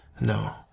No